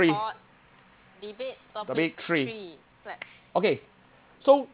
three topic three okay so